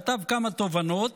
כתב כמה תובנות